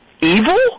Evil